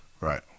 Right